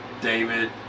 David